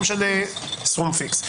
סכום פיקס.